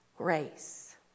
grace